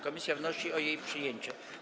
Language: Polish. Komisja wnosi o jej przyjęcie.